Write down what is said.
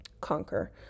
conquer